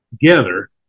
together